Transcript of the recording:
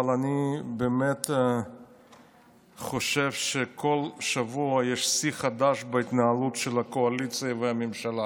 אבל אני חושב שכל שבוע יש שיא חדש בהתנהלות של הקואליציה והממשלה.